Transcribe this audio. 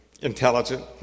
intelligent